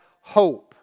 hope